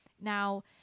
Now